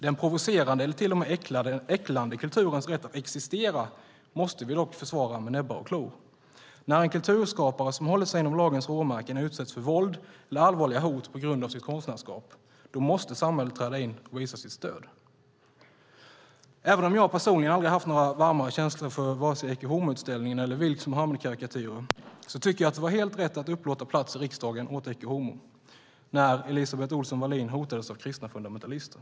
Den provocerande eller till och med äcklande kulturens rätt att existera måste vi dock försvara med näbbar och klor. När en kulturskapare som håller sig inom lagens råmärken utsätts för våld eller allvarliga hot på grund av sitt konstnärskap måste samhället träda in och visa sitt stöd. Även om jag personligen aldrig haft några varma känslor för vare sig Ecce homo-utställningen eller Vilks Muhammedkarikatyrer tycker jag att det var helt rätt att upplåta plats i riksdagen åt Ecce homo när Elisabeth Ohlson Wallin hotades av kristna fundamentalister.